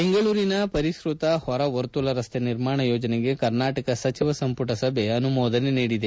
ಬೆಂಗಳೂರಿನ ಪರಿಷ್ಟತ ಹೊರ ವರ್ತುಲ ರಸ್ತೆ ನಿರ್ಮಾಣ ಯೋಜನೆಗೆ ಕರ್ನಾಟಕ ಸಚಿವ ಸಂಪುಟ ಸಭೆ ಅನುಮೋದನೆ ನೀಡಿದೆ